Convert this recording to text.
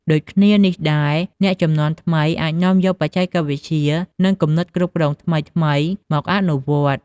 ដូចគ្នានេះដែរ អ្នកជំនាន់ថ្មីអាចនាំយកបច្ចេកវិទ្យា និងគំនិតគ្រប់គ្រងថ្មីៗមកអនុវត្តន៍។